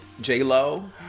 J-Lo